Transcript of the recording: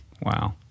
Wow